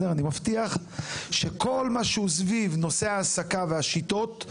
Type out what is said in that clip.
אני מבטיח שכל מה שהוא סביב נושא ההעסקה והשיטות,